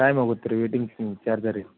time ಆಗುತ್ತೆ ರೀ waitings ನಿಮ್ದು ಚಾರ್ಜ ರಿ